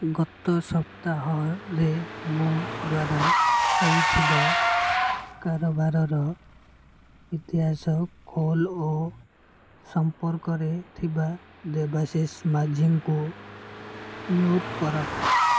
ଗତ ସପ୍ତାହରେ ମୋ ଦ୍ୱାରା ହୋଇଥିବା କାରବାରର ଇତିହାସ ଖୋଲ ଓ ସମ୍ପର୍କରେ ଥିବା ଦେବାଶିଷ ମାଝୀଙ୍କୁ ମ୍ୟୁଟ୍ କର